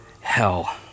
hell